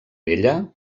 vella